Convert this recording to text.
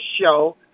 show